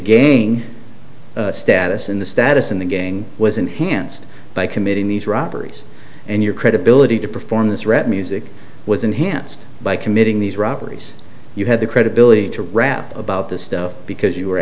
gang status in the status in the gang was enhanced by committing these robberies and your credibility to perform this threat music was enhanced by committing these robberies you had the credibility to rap about this stuff because you were